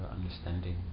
understanding